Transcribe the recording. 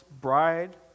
bride